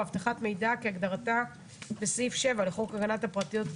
""אבטחת מידע" כהגדרתה בסעיף 7 לחוק הגנת הפרטיות,